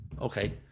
Okay